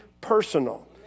personal